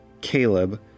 Caleb